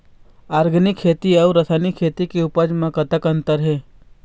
Organic खेती के अउ रासायनिक खेती के उपज म कतक अंतर हे?